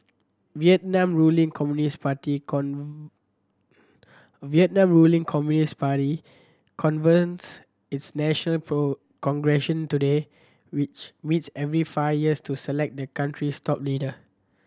Vietnam ruling Communist Party Vietnam ruling Communist Party convenes its national today which meets every five years to select the country's top leader